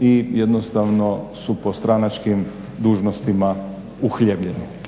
i jednostavno su po stranačkim dužnostima uhljebljeni.